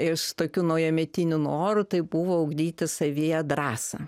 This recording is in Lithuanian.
iš tokių naujametinių norų tai buvo ugdyti savyje drąsą